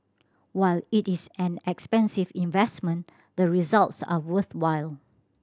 while it is an expensive investment the results are worthwhile